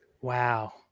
Wow